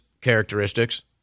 characteristics